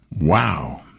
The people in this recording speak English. Wow